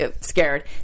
scared